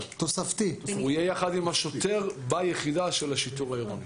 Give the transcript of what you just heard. הוא יהיה יחד עם השוטר ביחידה של השיטור העירוני.